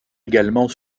également